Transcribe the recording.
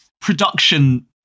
production